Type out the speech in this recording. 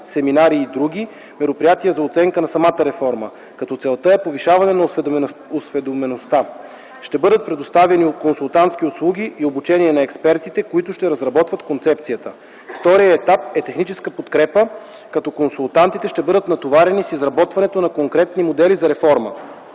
семинари и други мероприятия за оценка на самата реформа като целта е повишаване на осведомеността. Ще бъдат предоставени консултантски услуги и обучение на експертите, които ще разработват концепцията. Вторият етап е техническа подкрепа като консултантите ще бъдат натоварени с изработването на конкретни модели за реформа.